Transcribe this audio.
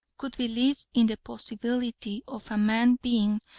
could believe in the possibility of a man being,